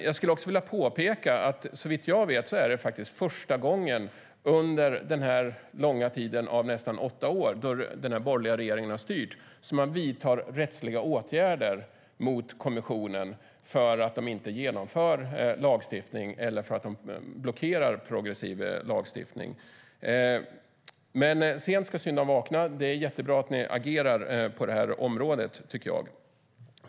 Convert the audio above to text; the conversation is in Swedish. Jag skulle dock vilja påpeka att det såvitt jag vet faktiskt är första gången under den långa tid som den borgerliga regeringen har styrt - nästan åtta år - som man vidtar rättsliga åtgärder mot kommissionen för att den inte genomför lagstiftning eller blockerar progressiv lagstiftning. Men sent ska syndaren vakna, och jag tycker att det är jättebra att ni agerar på området.